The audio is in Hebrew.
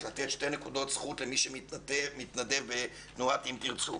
לתת שתי נקודות זכות למי שמתנדב בתנועת "אם תרצו"